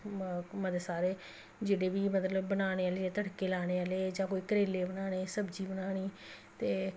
मते सारे जेह्ड़े बी मतलब बनाने आह्ले तड़के लाने आह्ले जां कोई करेले बनाने सब्जी बनानी ते